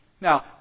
Now